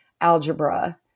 algebra